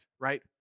right